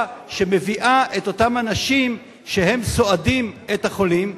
שמביאה את אותם אנשים שסועדים את החולים,